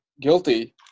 guilty